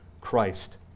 Christ